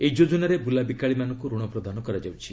ଏହି ଯୋଜନାରେ ବୁଲାବିକାଳୀ ମାନଙ୍କୁ ଋଣ ପ୍ରଦାନ କରାଯାଉଛି